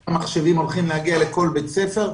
כמה מחשבים הולכים להגיע לכל בית ספר.